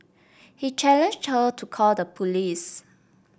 he challenged her to call the police